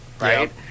right